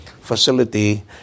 facility